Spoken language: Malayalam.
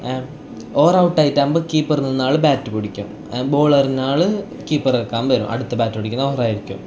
ഓര് ഔട്ട് ആയിട്ടാവുമ്പം കീപ്പർ നിന്ന ആൾ ബാറ്റ് പിടിക്കും ബോൾ എറിഞ്ഞ ആൾ കീപ്പർ ഒക്കെ ആവും അടുത്ത ബാറ്റ് പിടിക്കുന്നത് ഓരായിരിക്കും